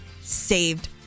saved